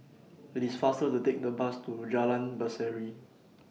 IT IS faster to Take The Bus to Jalan Berseri